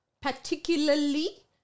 Particularly